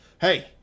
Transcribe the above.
Hey